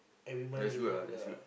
every month give them yeah